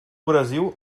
brasil